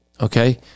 Okay